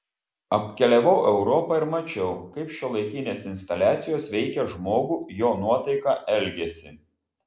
apkeliavau europą ir mačiau kaip šiuolaikinės instaliacijos veikia žmogų jo nuotaiką elgesį